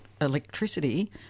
electricity